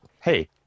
Hey